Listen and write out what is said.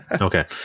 okay